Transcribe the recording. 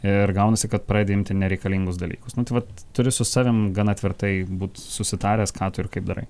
ir gaunasi kad pradedi imti nereikalingus dalykus nu tai vat turi su savim gana tvirtai būt susitaręs ką tu ir kaip darai